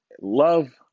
love